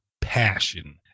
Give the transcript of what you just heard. passion